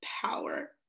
power